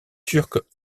turques